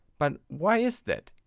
but why is that,